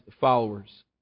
followers